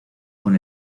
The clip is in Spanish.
con